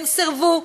הם סירבו,